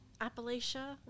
Appalachia